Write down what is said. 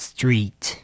Street